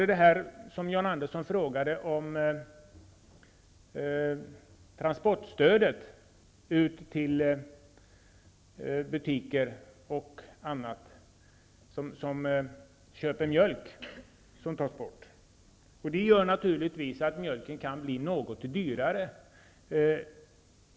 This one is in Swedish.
Sedan frågade John Andersson om transportstödet till butiker som köper mjölk, vilket tas bort. Det gör naturligtvis att mjölken kan bli något dyrare.